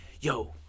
yo